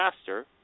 faster